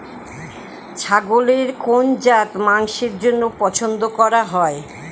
ছাগলের কোন জাত মাংসের জন্য পছন্দ করা হয়?